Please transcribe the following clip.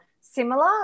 similar